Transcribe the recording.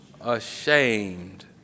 Ashamed